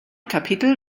kapitel